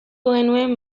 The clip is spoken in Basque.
genuen